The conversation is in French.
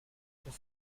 pour